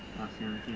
ah sia kia